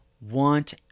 want